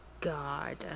God